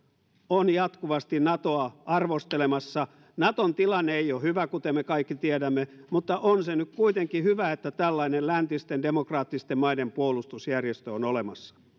on jatkuvasti natoa arvostelemassa naton tilanne ei ole hyvä kuten me kaikki tiedämme mutta on se nyt kuitenkin hyvä että tällainen läntisten demokraattisten maiden puolustusjärjestö on olemassa